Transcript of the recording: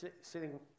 sitting